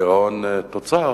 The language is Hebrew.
גירעון תוצר,